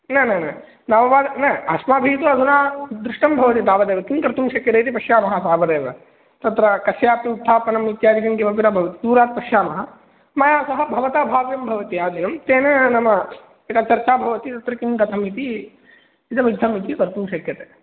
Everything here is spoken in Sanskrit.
न न न नववा न अस्माभिः तु अधुना दृष्टं भवति तावदेव किं कर्तुं शक्यते इति पश्यामः तावदेव तत्र कस्यापि उत्थापनम् इत्यादिकं किमपि न भवति दूरात् पश्यामः मया सह भवता भाव्यं भवति आदिनं तेन नाम एका चर्चा भवति किं कथम् इति इदमित्थम् इति कर्तुं शक्यते